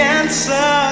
answer